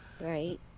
Right